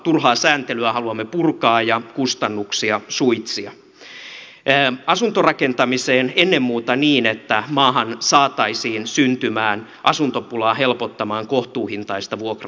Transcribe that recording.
turhaa sääntelyä haluamme purkaa ja kustannuksia suitsia asuntorakentamiseen ennen muuta niin että maahan saataisiin syntymään asuntopulaa helpottamaan kohtuuhintaista vuokra asuntotuotantoa